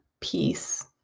peace